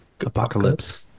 apocalypse